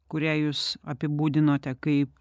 kurią jūs apibūdinote kaip